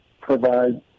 provide